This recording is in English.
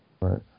Right